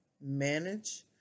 Manage